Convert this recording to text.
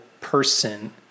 person